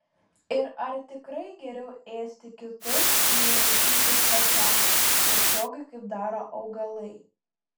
ir ar tikrai geriau ėsti kitus nei maitintis pačiam tiesiogiai kaip daro augalai